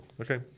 Okay